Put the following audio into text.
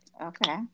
Okay